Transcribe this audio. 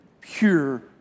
pure